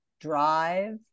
drive